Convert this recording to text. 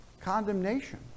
condemnation